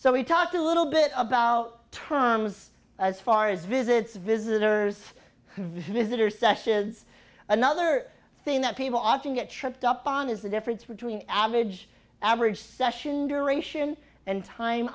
so we talked a little bit about terms as far as visits visitors visitors session is another thing that people often get tripped up on is the difference between average average session duration and time